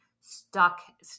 stuck